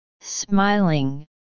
Smiling